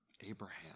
Abraham